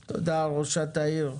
תודה, ראשת העיר.